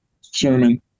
sermon